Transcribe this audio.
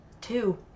Two